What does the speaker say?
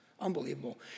Unbelievable